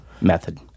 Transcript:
method